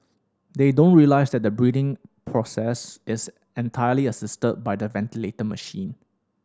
they don't realise that the breathing process is entirely assisted by the ventilator machine